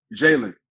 Jalen